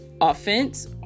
offense